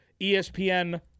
ESPN